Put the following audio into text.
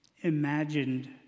imagined